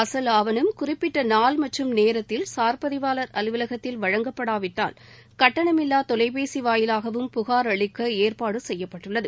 அசல் ஆவணம் குறிப்பிட்ட நாள் மற்றும் நேரத்தில் சார் பதிவாளர் அலுவலகத்தில் வழங்கப்படாவிட்டால் கட்டணமில்லா தொலைபேசி வாயிலாகவும் புகார் அளிக்க ஏற்பாடு செய்யப்பட்டுள்ளது